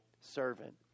servant